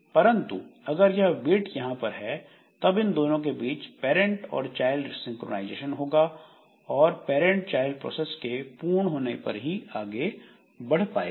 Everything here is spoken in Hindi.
परंतु अगर यह वेट यहां पर है तब इन दोनों के बीच पेरेंट्स और चाइल्ड सिंक्रनाइजेशन होगा और पैरेंट चाइल्ड प्रोसेस के पूर्ण होने पर ही आगे बढ़ पाएगा